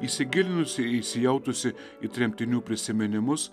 įsigilinusi įsijautusi į tremtinių prisiminimus